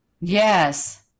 yes